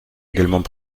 également